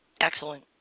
Excellent